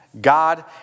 God